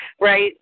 right